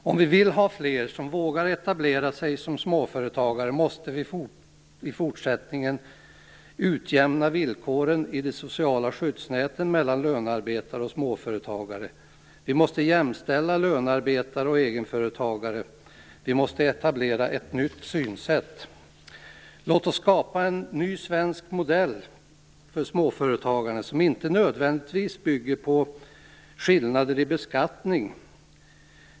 Om vi vill att fler skall etablera sig som småföretagare måste vi i fortsättningen utjämna villkoren i de sociala skyddsnäten mellan lönearbetare och småföretagare. Vi måste jämställa lönearbete och egenförtagande. Vi måste etablera ett nytt synsätt. Låt oss skapa en ny svensk modell för småföretagande som inte nödvändigtvis bygger på skillnader i beskattning.